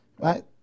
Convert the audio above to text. Right